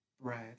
bread